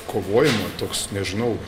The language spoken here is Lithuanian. kovojimo toks nežinau